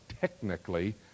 technically